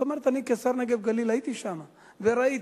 זאת אומרת, אני כשר נגב-גליל הייתי שם וראיתי,